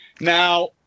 Now